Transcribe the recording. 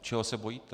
Čeho se bojíte?